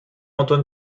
antoine